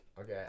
okay